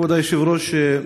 כבוד היושב-ראש,